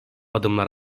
adımlar